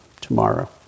tomorrow